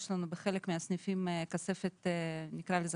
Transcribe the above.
יש לנו בחלק מהסניפים כספת חכמה,